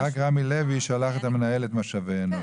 רק רמי לוי שלח את מנהלת משאבי אנוש,